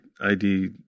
ID